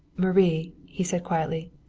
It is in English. marie, he said quietly,